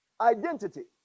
identity